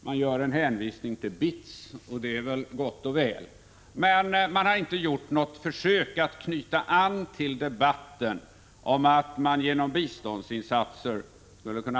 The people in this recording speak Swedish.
Man gör en hänvisning till BITS, och det är ju gott och väl. Men man har inte gjort något försök att knyta an till debatten om att genom biståndsinsatser